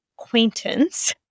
acquaintance